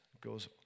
goes